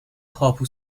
هاپو